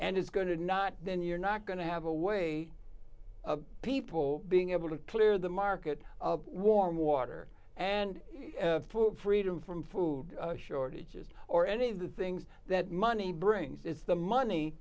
and it's going to not then you're not going to have a way of people being able to clear the market of warm water and freedom from food shortages or any of the things that money brings is the money